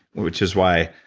which is why.